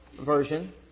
Version